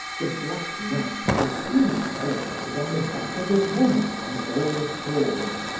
the black mass was being celebrated on the back of a woman on all fours,